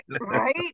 Right